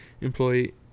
employee